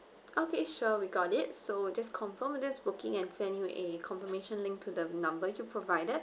okay sure we got it so just confirm this booking and send you a confirmation linked to the number you provided